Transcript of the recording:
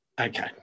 Okay